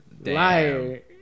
Liar